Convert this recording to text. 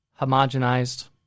homogenized